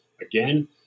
again